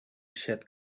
shed